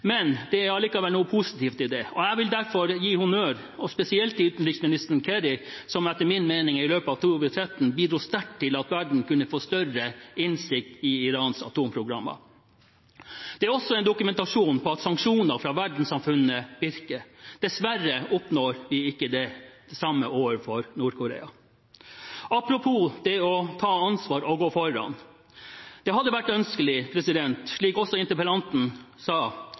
Men det er allikevel noe positivt i det, og jeg vil derfor gi honnør til spesielt utenriksminister Kerry, som etter min mening i løpet av 2013 bidro sterkt til at verden kunne få større innsikt i Irans atomprogrammer. Det er også en dokumentasjon på at sanksjoner fra verdenssamfunnet virker. Dessverre oppnår vi ikke det samme overfor Nord-Korea. Apropos det å ta ansvar og gå foran: Det hadde vært ønskelig, slik også interpellanten sa,